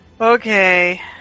Okay